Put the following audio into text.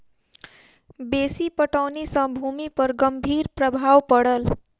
बेसी पटौनी सॅ भूमि पर गंभीर प्रभाव पड़ल